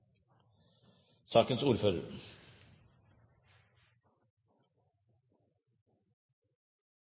sakens ordfører,